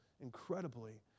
incredibly